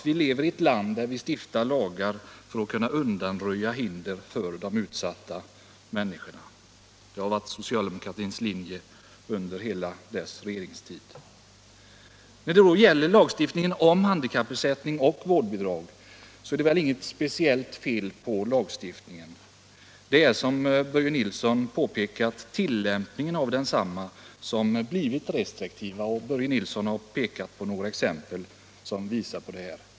Vi lever i ett land där lagar har stiftats för att undanröja hinder för de utsatta människorna. När det gäller handikappersättning och vårdbidrag så är det väl inget speciellt fel på lagstiftningen. Det är, som Börje Nilsson påpekat, tilllämpningen av densamma som blivit restriktivare. Börje Nilsson angav några exempel som visar det.